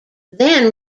then